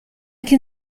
can